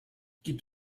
gibt